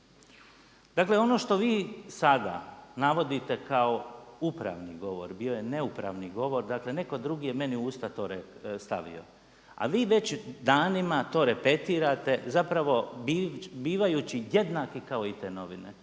Dakle ono što vi sada navodite kao upravni govor bio je neupravni govor. Dakle neko drugi je meni u usta to stavio. A vi već danima to repetirate, zapravo bivajući jednaki kao i te novine.